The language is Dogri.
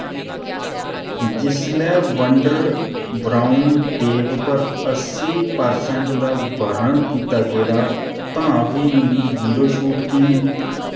जिसलै वंडर ब्रउन टेप पर अस्सी परसैंट दा बर्णन कीता गेदा तां फ्ही मिगी जीरो छूट की मिली